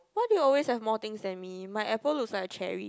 why do you always have more things than me my apple looks like a cherry